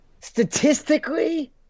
Statistically